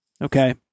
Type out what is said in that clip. Okay